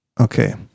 okay